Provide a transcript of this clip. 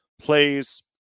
plays